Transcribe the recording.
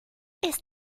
ist